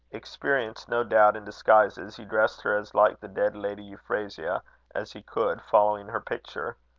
experienced no doubt, in disguises, he dressed her as like the dead lady euphrasia as he could, following her picture.